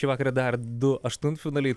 šį vakarą dar du aštuntfinaliai